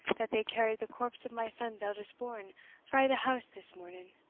that they carried the corpse of my son's eldest-born frae the house this morning